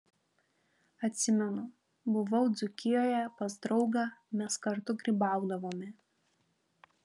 atsimenu buvau dzūkijoje pas draugą mes kartu grybaudavome